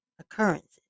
occurrences